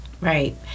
right